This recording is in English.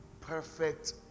Perfect